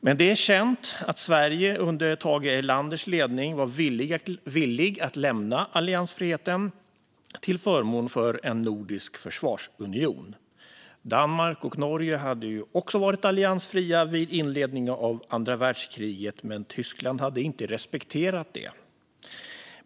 Men det är känt att Sverige under Tage Erlanders ledning var villigt att lämna alliansfriheten till förmån för en nordisk försvarsunion. Danmark och Norge hade ju också varit alliansfria vid inledningen av andra världskriget, men Tyskland hade inte respekterat det.